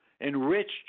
enriched